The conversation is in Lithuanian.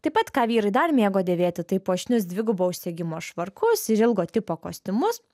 taip pat ką vyrai dar mėgo dėvėti tai puošnius dvigubo užsegimo švarkus ir ilgo tipo kostiumus